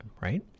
right